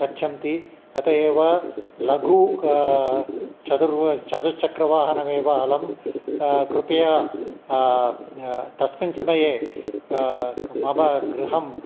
गच्छन्ति अतः एव लघु क चतुर् चतुर्चक्रवाहनम् अलं कृपया तस्मिन् समये मम गृहम्